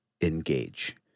engage